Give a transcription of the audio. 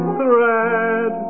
thread